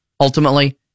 ultimately